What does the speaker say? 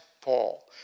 Paul